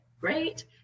great